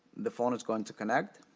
the phone is going to connect,